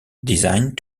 designed